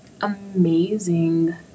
amazing